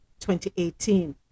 2018